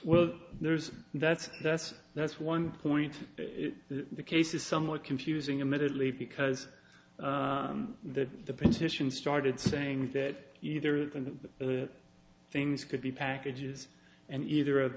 well there's that's just that's one point the case is somewhat confusing admittedly because the position started saying that either the things could be packages and either of